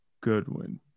Goodwin